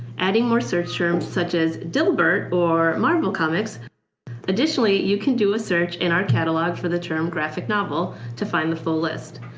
adding more search terms such as dilbert or marvel comics additionally, you can do a search in our catalog for the term graphic novel to find the full list.